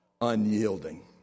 unyielding